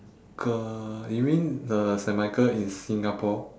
~chael you mean the saint michael in singapore